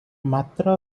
ମାତ୍ର